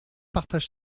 partage